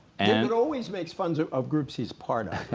and always makes fun sort of groups he's part of